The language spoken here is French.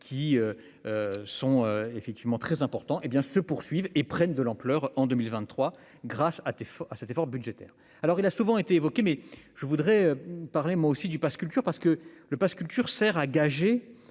qui sont effectivement très important, hé bien se poursuivent et prennent de l'ampleur en 2023 grâce à des photos à cet effort budgétaire, alors il a souvent été évoqué, mais je voudrais parler moi aussi du Pass culture parce que le Pass culture sert à gager